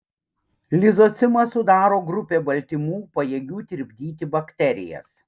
lizocimą sudaro grupė baltymų pajėgių tirpdyti bakterijas